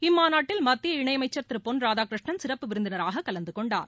இம்மாநாட்டில் மத்திய இணை அமைச்சர் திரு பொன் ராதாகிருஷ்ணன் சிறப்பு விருந்தினராக கலந்து கொண்டார்